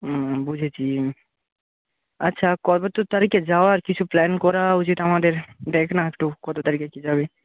হুম বুঝেছি আচ্ছা কত তারিখে যাওয়ার কিছু প্ল্যান করা উচিত আমাদের দেখ না একটু কত তারিখে কি যাবি